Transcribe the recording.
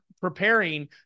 preparing